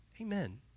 Amen